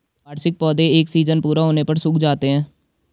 वार्षिक पौधे एक सीज़न पूरा होने पर सूख जाते हैं